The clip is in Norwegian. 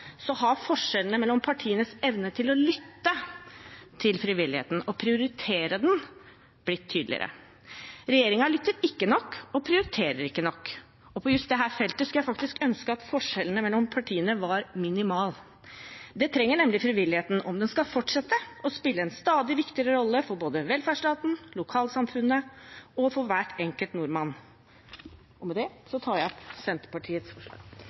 har forskjellene mellom partienes evne til å lytte til frivilligheten og å prioritere den blitt tydeligere. Regjeringen lytter ikke nok og prioriterer ikke nok. På just dette feltet skulle jeg ønske at forskjellene mellom partiene var minimale. Det trenger nemlig frivilligheten, om den skal fortsette å spille en stadig viktigere rolle for både velferdsstaten, lokalsamfunnene og hver enkelt nordmann. Med det tar jeg opp